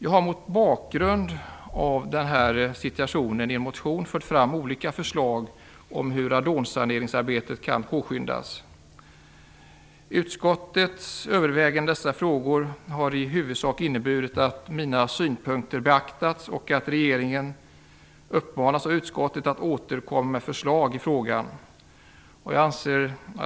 Jag har mot bakgrund av denna situation i en motion fört fram olika förslag om hur radonsaneringsarbetet kan påskyndas. Utskottets övervägande i dessa frågor har i huvudsak inneburit att mina synpunkter beaktats, och regeringen har uppmanats av utskottet att komma med förslag i frågan.